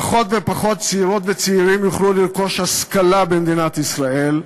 פחות ופחות צעירות וצעירים יוכלו לרכוש השכלה במדינת ישראל,